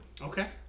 Okay